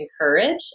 encourage